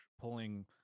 pulling